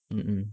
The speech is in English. mm mm